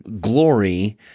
glory